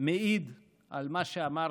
מעיד על מה שאמרתי,